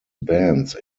bands